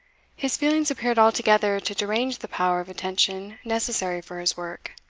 his feelings appeared altogether to derange the power of attention necessary for his work.